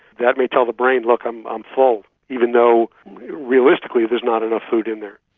that may tell the brain look, i'm um full, even though realistically there is not enough food in there.